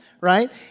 right